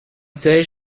seize